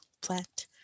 plant